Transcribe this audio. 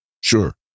Sure